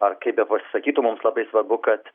ar kaip bepasisakytų mums labai svarbu kad